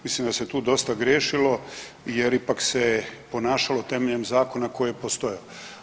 Mislim da se tu dosta griješilo jer ipak se ponašalo temeljem zakona koji je postojao.